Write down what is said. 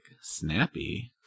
snappy